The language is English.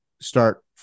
start